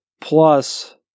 Plus